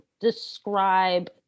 describe